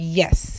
yes